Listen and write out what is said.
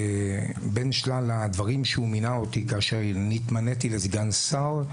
בין שלל הדברים שהוא מינה אותי כאשר נתמניתי לסגן שר,